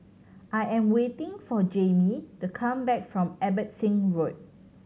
I am waiting for Jaimee to come back from Abbotsingh Road